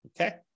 Okay